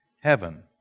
heaven